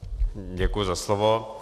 Děkuji za slovo.